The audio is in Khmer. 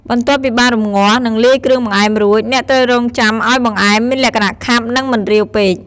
បន្ទាប់ពីបានរំងាស់ និងលាយគ្រឿងបង្អែមរួច អ្នកត្រូវរង់ចាំឱ្យបង្អែមមានលក្ខណៈខាប់ និងមិនរាវពេក។